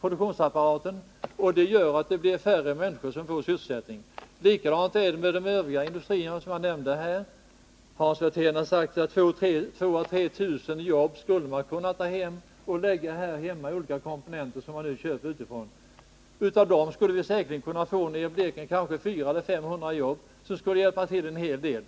produktionsapparaten. Därför får färre människor sysselsättning. Likadant är det med de övriga industrier som jag nämnde. Hans Werthén har sagt att 2 000-3 000 jobb skulle kunna skapas om man här i landet köpte udda komponenter som man nu köper utifrån. Av dessa jobb skulle vi i Blekinge säkerligen kunna få 400-500, vilket skulle förbättra situationen en hel del.